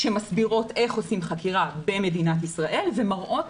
שמסבירות איך עושים חקירה במדינת ישראל ומראות